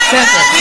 בסדר.